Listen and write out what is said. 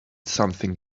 something